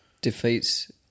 defeats